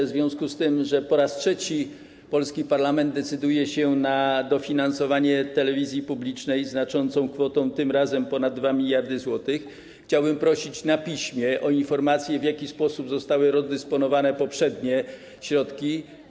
W związku z tym, że po raz trzeci polski parlament decyduje się na dofinansowanie telewizji publicznej znaczącą kwotą, tym razem ponad 2 mld zł, chciałbym prosić o informację na piśmie, w jaki sposób zostały rozdysponowane poprzednie środki.